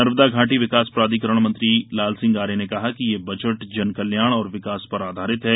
नर्मदा घाटी विकास प्राधिकरण मंत्री लाल सिंह आर्य ने कहा है कि ये बजट जनकल्याण और विकास पर आधारित है